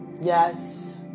yes